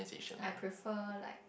I prefer like